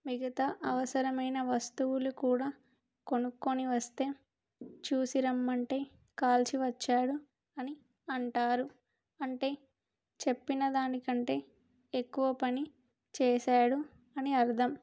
మిగతా అవసరమైన వస్తువులు కూడా కొనుక్కొని వస్తే చూసి రమ్మంటే కాల్చి వచ్చాడు అని అంటారు అంటే చెప్పిన దానికంటే ఎక్కువ పని చేశాడు అని అర్థం